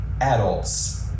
adults